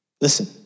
Listen